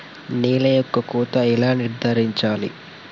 నేల యొక్క కోత ఎలా నిర్ధారించాలి?